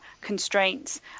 constraints